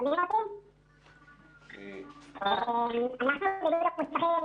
קודם לכן איזה משרדי ממשלה